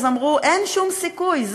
אמרו: אין שום סיכוי,